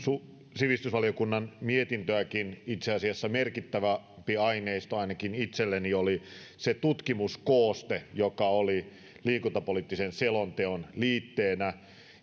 sivistysvaliokunnan mietintöäkin itse asiassa merkittävämpi aineisto ainakin itselleni oli se tutkimuskooste joka oli liikuntapoliittisen selonteon liitteenä